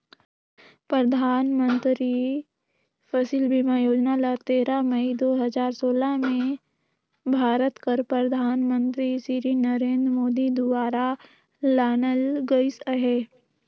परधानमंतरी फसिल बीमा योजना ल तेरा मई दू हजार सोला में भारत कर परधानमंतरी सिरी नरेन्द मोदी दुवारा लानल गइस अहे